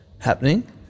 happening